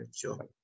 sure